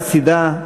חסידה,